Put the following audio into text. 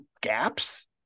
gaps